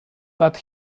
but